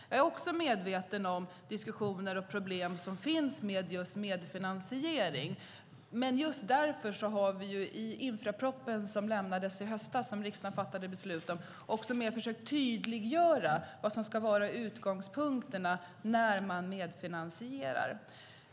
Jag är medveten om diskussioner och problem som finns med just medfinansiering. Just därför har vi i infrastrukturpropositionen, som lämnades i höstas och som riksdagen fattade beslut om, mer försökt att tydliggöra vad som ska vara utgångspunkterna när man medfinansierar.